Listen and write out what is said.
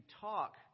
talk